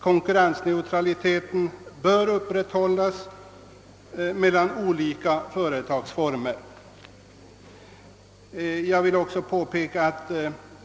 Konkurrensneutraliteten bör upprätthållas mellan olika företagsformer.